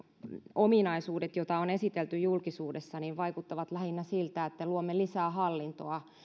ominaisuudet joita on esitelty julkisuudessa vaikuttavat lähinnä siltä että luomme lisää hallintoa